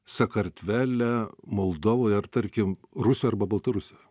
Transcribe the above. sakartvele moldovoj ar tarkim rusijoj arba baltarusijoj